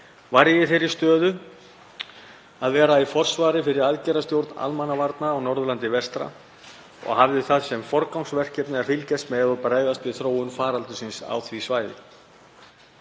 var ég í þeirri stöðu að vera í forsvari fyrir aðgerðastjórn almannavarna á Norðurlandi vestra og hafði það sem forgangsverkefni að fylgjast með og bregðast við þróun faraldursins á því svæði.